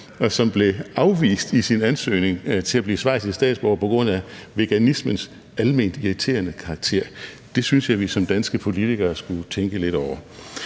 og som blev afvist i sin ansøgning om at blive schweizisk statsborger på grund af veganismens alment irriterende karakter. Det synes jeg vi som danske politikere skulle tænke lidt over.